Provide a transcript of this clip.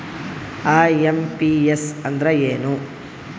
IMPS ಅಂದ್ರ ಏನು?